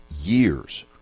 years